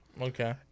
Okay